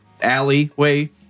alleyway